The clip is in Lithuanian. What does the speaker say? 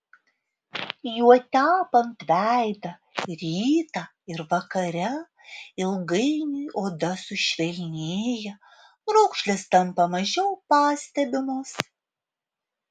juo tepant veidą rytą ir vakare ilgainiui oda sušvelnėja raukšlės tampa mažiau pastebimos